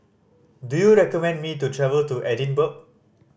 do you recommend me to travel to Edinburgh